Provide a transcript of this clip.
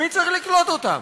מי צריך לקלוט אותם?